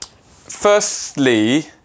firstly